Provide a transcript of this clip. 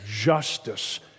justice